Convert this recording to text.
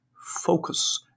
focus